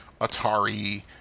Atari